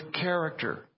character